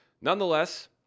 Nonetheless